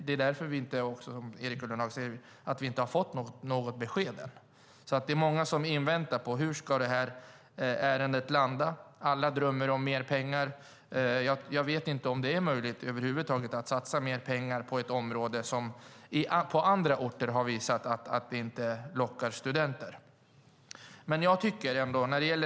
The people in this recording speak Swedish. Det är därför vi inte har fått något besked än, som Erik Ullenhag säger. Det är många som väntar. Hur ska ärendet landa? Alla drömmer om mer pengar. Jag vet inte om det över huvud taget är möjligt att satsa mer pengar på ett område som på andra orter har visat att det inte lockar studenter.